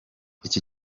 iki